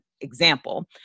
example